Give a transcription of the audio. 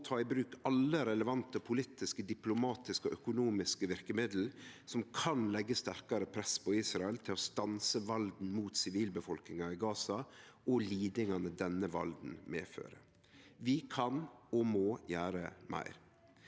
må ta i bruk alle relevante politiske, diplomatiske og økonomiske verkemiddel som kan leggje sterkare press på Israel til å stanse valden mot sivilbefolkninga i Gaza og lidingane denne valden medfører. Vi kan og må gjere meir.